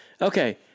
Okay